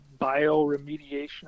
bioremediation